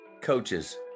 Coaches